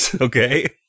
okay